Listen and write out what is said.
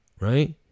right